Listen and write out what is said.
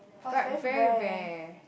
but very rare